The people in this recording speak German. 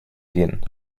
gehen